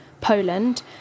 Poland